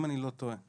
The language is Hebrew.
אם אני לא טועה.